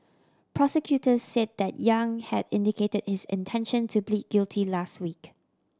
prosecutors said that Yang had indicated his intention to plead guilty last week